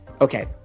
Okay